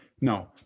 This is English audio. No